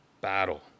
battle